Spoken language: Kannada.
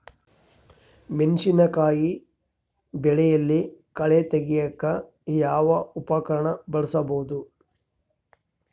ಮೆಣಸಿನಕಾಯಿ ಬೆಳೆಯಲ್ಲಿ ಕಳೆ ತೆಗಿಯಾಕ ಯಾವ ಉಪಕರಣ ಬಳಸಬಹುದು?